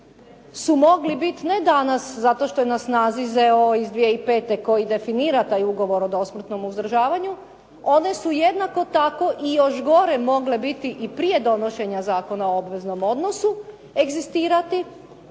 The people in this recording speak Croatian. su mogli biti ne danas zato što je na snazi ZOO iz 2005. koji definira taj ugovor o dosmrtnom uzdržavanju, one su jednako tako i još mogle biti i prije donošenja Zakona o obveznom odnosu, egzistirati